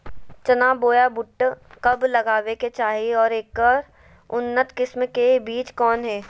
चना बोया बुट कब लगावे के चाही और ऐकर उन्नत किस्म के बिज कौन है?